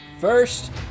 first